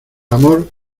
amor